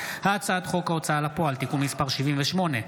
הצעת חוק ההוצאה לפועל (תיקון מס' 78)